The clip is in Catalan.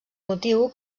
motiu